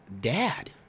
dad